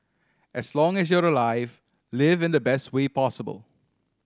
as long as you are alive live in the best way possible